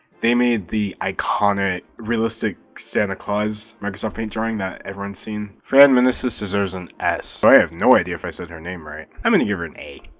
they made the iconic realistic santa claus microsoft paint drawing that everyone's seen. fran meneses deserves an s. oh, i have no idea if i said her name right. i'm going to give her an a.